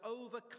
overcome